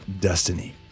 destiny